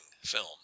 film